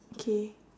okay